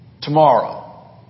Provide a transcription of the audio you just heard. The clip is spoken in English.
tomorrow